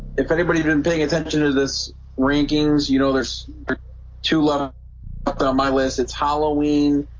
if anybody's been paying attention to this rankings, you know, there's two level on my list, it's halloween